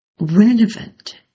relevant